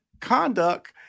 conduct